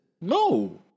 No